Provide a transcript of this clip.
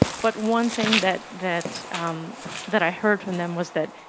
but one thing that that that i heard from them was that